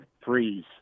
freeze